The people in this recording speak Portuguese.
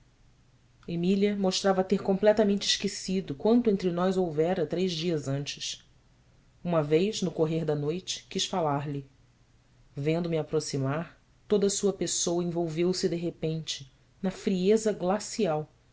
emília mostrava ter completamente esquecido quanto entre nós houvera três dias antes uma vez no correr da noite quis falar-lhe vendo-me aproximar toda sua pessoa envolveu-se de repente na frieza glacial